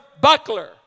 buckler